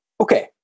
Okay